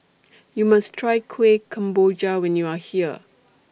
YOU must Try Kueh Kemboja when YOU Are here